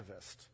activist